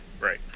Right